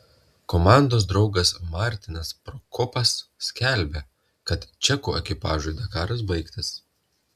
komandos draugas martinas prokopas skelbia kad čekų ekipažui dakaras baigtas